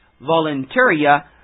voluntaria